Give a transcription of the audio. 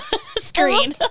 screen